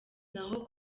naho